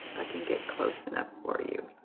i can get close enough for you